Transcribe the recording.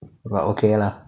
but okay lah